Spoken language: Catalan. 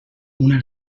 una